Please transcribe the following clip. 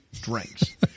drinks